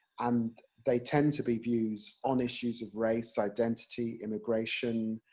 and they tend to be views on issues of race, identity, immigration,